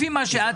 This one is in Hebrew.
לפי מה שתיארת,